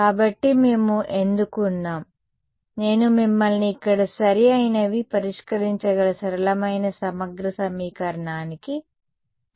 కాబట్టి మేము ఎందుకు ఉన్నాం నేను మిమ్మల్ని ఇక్కడ సరి అయినవి పరిష్కరించగల సరళమైన సమగ్ర సమీకరణానికి తీసుకువెళుతున్నాను